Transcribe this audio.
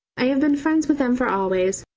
i have been friends with them for always,